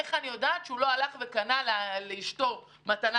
איך אני יודעת שהוא לא הלך וקנה לאשתו מתנה